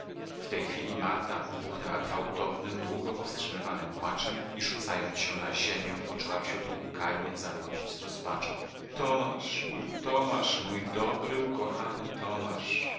w tej chwili marta wybuchnęła gwałtownym długo powstrzymywanym płaczem i rzucając się na ziemię poczęła wśród łkań zawodzić z rozpaczą tomasz mój tomasz mój dobry ukochany tomasz